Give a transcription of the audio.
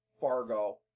Fargo